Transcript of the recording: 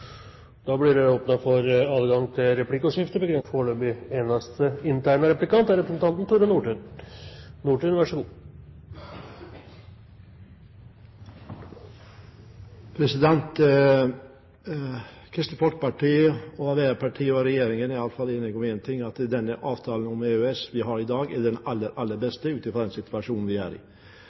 blir åpnet for replikkordskifte. Kristelig Folkeparti, Arbeiderpartiet og regjeringen er iallfall enige om én ting – at denne avtalen om EØS som vi har i dag, er den aller, aller beste ut fra den situasjonen vi er i.